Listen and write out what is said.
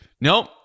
Nope